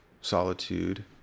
solitude